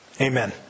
Amen